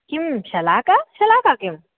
किं शलाका शलाका किं